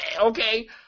Okay